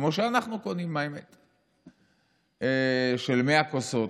האמת, כמו שאנחנו קונים, של 100 כוסות,